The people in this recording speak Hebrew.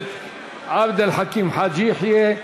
הכנסת עבד אל חכים חאג' יחיא.